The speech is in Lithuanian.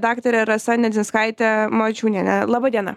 daktare rasa nedzinskaite mačiūniene laba diena